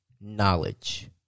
knowledge